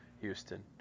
Houston